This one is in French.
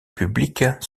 publics